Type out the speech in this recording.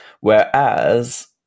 whereas